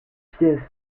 pièces